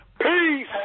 Peace